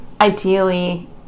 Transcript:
ideally